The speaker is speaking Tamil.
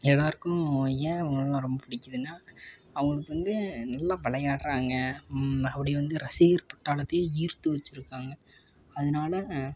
எல்லோருக்கும் ஏன் அவங்களெல்லாம் ரொம்ப பிடிக்குதுன்னா அவங்களுக்கு வந்து நல்லா விளையாட்றாங்க அப்படி வந்து ரசிகர் பட்டாளத்தையே ஈர்த்து வச்சிருக்கிறாங்க அதனால